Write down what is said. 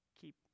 keep